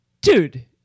Dude